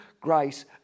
grace